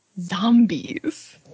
zombies